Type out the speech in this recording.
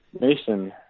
mason